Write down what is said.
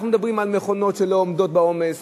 אנחנו מדברים על מכונות שלא עומדות בעומס,